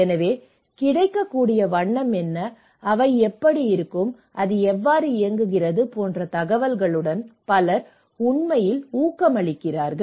எனவே கிடைக்கக்கூடிய வண்ணம் என்ன அவை எப்படி இருக்கும் அது எவ்வாறு இயங்குகிறது போன்ற தகவல்களுடன் பலர் உண்மையில் ஊக்கமளிக்கிறார்கள்